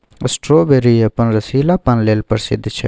strawberry अपन रसीलापन लेल प्रसिद्ध छै